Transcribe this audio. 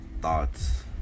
thoughts